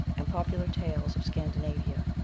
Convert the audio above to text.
and popular tales of scandinavia.